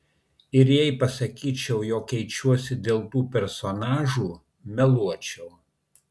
ir jei pasakyčiau jog keičiuosi dėl tų personažų meluočiau